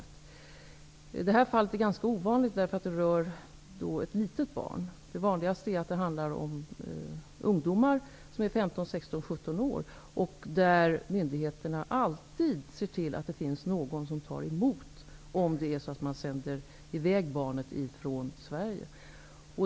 Det nu aktuella fallet är ganska ovanligt, eftersom det rör ett litet barn. Det vanligaste är att det handlar om ungdomar som är 15--17 år, och i dessa fall ser myndigheterna alltid till att det finns någon som tar emot barnet, om det sänds i väg från Sverige.